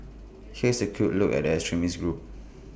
here is A quick look at the extremist group